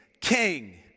King